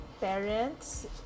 parents